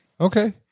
Okay